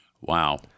Wow